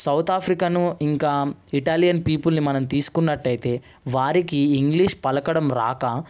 సౌత్ఆఫ్రికాను ఇంకా ఇటాలియన్ పీపుల్ని మనం తీసుకున్నట్లయితే వారికి ఇంగ్లీష్ పలకడం రాక